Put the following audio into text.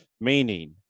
meaning